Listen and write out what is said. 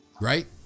Right